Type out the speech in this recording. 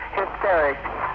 hysterics